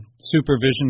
supervision